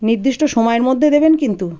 নির্দিষ্ট সমায়ের মধ্যে দেবেন কিন্তু